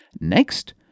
Next